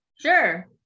Sure